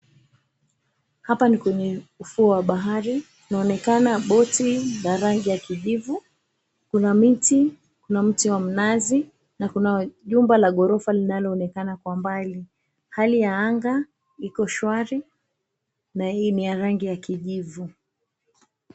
Hapa ni kwenye ufuo wa bahari. Boti la rangi ya kijivu, kuna mti wa mnazi, na kuna jumba la ghorofa linaloonekana kwa mbali. Hali ya anga iko shwari, na hii ni ya rangi ya kijivu.